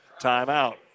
timeout